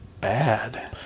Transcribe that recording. bad